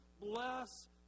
bless